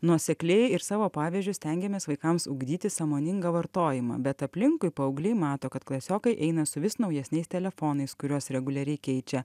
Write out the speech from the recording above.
nuosekliai ir savo pavyzdžiu stengiamės vaikams ugdyti sąmoningą vartojimą bet aplinkui paaugliai mato kad klasiokai eina su vis naujesniais telefonais kuriuos reguliariai keičia